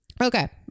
okay